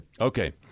Okay